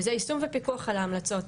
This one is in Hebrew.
וזה יישום ופיקוח על ההמלצות,